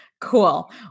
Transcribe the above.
Cool